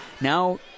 Now